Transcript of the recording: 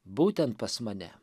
būtent pas mane